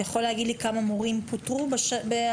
אתה יכול להגיד לי כמה מורים פוטרו ב-2021?